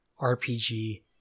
RPG